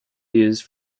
used